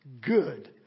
good